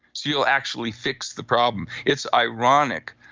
you'll actually fix the problem. it's ironic.